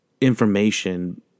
information